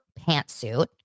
pantsuit